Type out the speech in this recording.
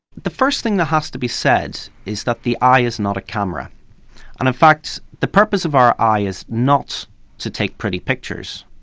the first thing that has to be said is that the eye is not a camera and in fact the purpose of our eye is not to take pretty pictures,